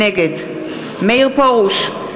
נגד מאיר פרוש,